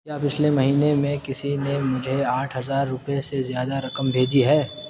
کیا پچھلے مہینے میں کسی نے مجھے آٹھ ہزار روپئے سے زیادہ رقم بھیجی ہے